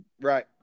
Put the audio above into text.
Right